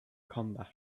combat